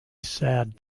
sad